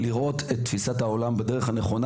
לנסות לראות את הדברים בתפיסת העולם שהיא הנכונה